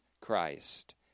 Christ